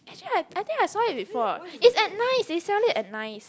actually I I think I saw it before ah it's at nice they sell it at nice